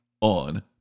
on